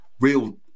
real